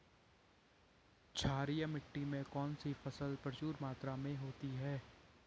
क्षारीय मिट्टी में कौन सी फसल प्रचुर मात्रा में होती है?